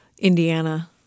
Indiana